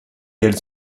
elles